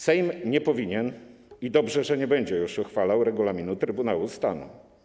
Sejm nie powinien uchwalać, i dobrze, że nie będzie już uchwalał, regulaminu Trybunału Stanu.